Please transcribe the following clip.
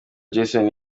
jason